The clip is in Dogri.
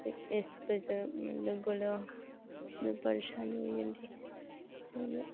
इस वजह् कन्नै बड़ा परेशानी होइ जंदी